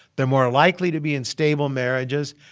they're more likely to be in stable marriages,